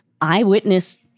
eyewitness